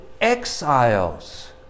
exiles